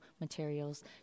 materials